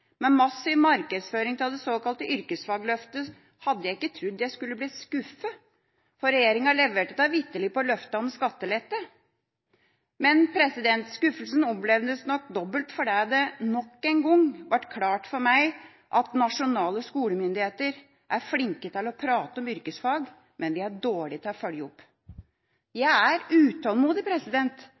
med massiv markedsføring av det såkalte yrkesfagløftet hadde jeg ikke trodd jeg skulle bli skuffet, for regjeringa leverte da vitterlig på løftet om skattelette. Skuffelsen opplevdes nok som dobbel fordi det nok en gang ble klart for meg at nasjonale skolemyndigheter er flinke til å prate om yrkesfag, men de er dårlige til å følge opp. Jeg er utålmodig,